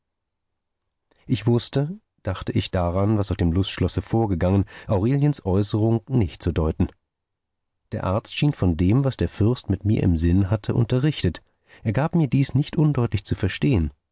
ich wußte dachte ich daran was auf dem lustschlosse vorgegangen aureliens äußerung nicht zu deuten der arzt schien von dem was der fürst mit mir im sinn hatte unterrichtet er gab mir dies nicht undeutlich zu verstehen